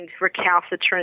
recalcitrant